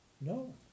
No